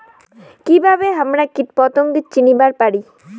কিভাবে হামরা কীটপতঙ্গ চিনিবার পারি?